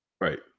right